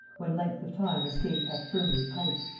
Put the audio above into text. when length of time a state hath firmly pight,